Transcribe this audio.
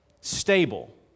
stable